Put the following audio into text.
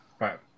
right